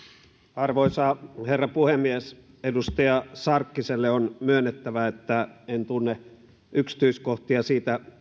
arvoisa herra puhemies edustaja sarkkiselle on myönnettävä että en tunne yksityiskohtia siitä